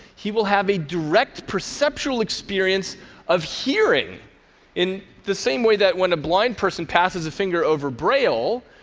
he will have a direct perceptual experience of hearing in the same way that when a blind person passes a finger over braille,